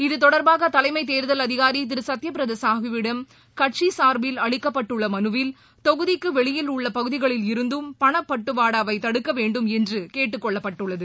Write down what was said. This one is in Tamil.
இதுதொடர்பாக தலைமைத் தேர்தல் அதிகாரி திரு சத்யபிரதா சாஹூவிடம் கட்சி சார்பில் அளிக்கப்பட்டுள்ள மனுவில் தொகுதிக்கு வெளியில் உள்ள பகுதிகளில் இருந்தும் பணப்பட்டுவாடாவை தடுக்க வேண்டும் என்று கேட்டுக் கொள்ளப்பட்டுள்ளது